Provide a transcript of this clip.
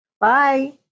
Bye